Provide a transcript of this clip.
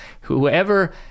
whoever